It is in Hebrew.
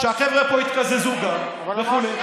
שהחבר'ה פה יתקזזו גם וכו',